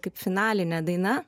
kaip finalinė daina